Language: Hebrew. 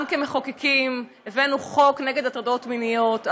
גם כמחוקקים הבאנו חוק נגד הטרדות מיניות,